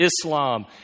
Islam